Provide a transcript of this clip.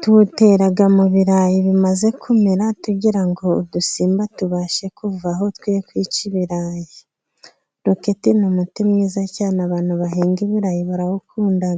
Tuwutera mu birarayi bimaze kumera tugira ngo udusimba tubashe kuva aho, twe kwica ibirayi. Roketi ni umuti mwiza cyane abantu bahinga iburayi barawukunda.